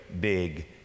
big